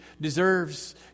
deserves